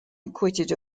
acquitted